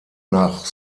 nach